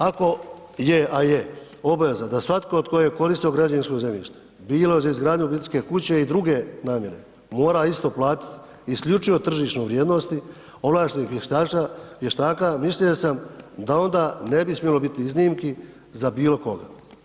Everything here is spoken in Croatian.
Ako je, a je obaveza da svatko tko je koristio građevinsko zemljište bilo za izgradnju obiteljske kuće i druge namjene mora isto platiti isključivo tržišnoj vrijednosti ovlaštenih vještaka mišljenja sam da onda ne bi smjelo biti iznimki za bilo koga.